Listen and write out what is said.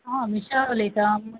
हांव अमिशा उलयतां म्हजे